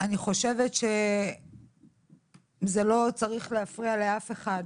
אני חושבת שזה לא צריך להפריע לאף אחד,